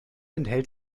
enthält